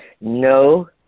no